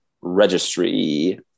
registry